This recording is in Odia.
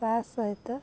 ତା ସହିତ